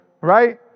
right